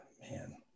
man